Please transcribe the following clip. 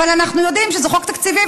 אבל אנחנו יודעים שזה חוק תקציבי,